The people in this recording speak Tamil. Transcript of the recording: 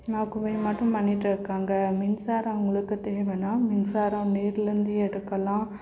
ஆக்குபை மட்டும் பண்ணிகிட்டு இருகாங்க மின்சாரம் உங்களுக்கு தேவைனா மின்சாரம் நீரில் இருந்து எடுக்கலாம்